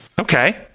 Okay